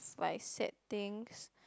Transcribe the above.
like sad things